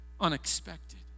unexpected